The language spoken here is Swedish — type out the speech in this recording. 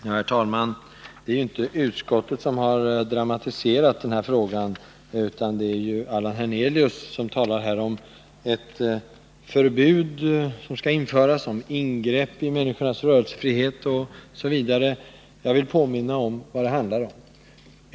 Herr talman! Det är inte utskottet som har dramatiserat denna fråga, utan det är Allan Hernelius, som talar om ett förbud som skall införas, om ett ingrepp i människornas rörelsefrihet osv. Jag vill påminna om vad det gäller.